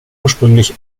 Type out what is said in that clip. ursprünglich